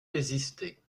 résister